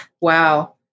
wow